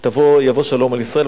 יבוא שלום על ישראל.